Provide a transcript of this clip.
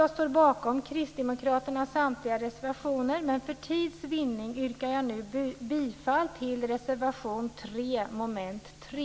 Jag står bakom Kristdemokraternas samtliga reservationer, men för tids vinning yrkar jag bifall till reservation 3 under mom. 3.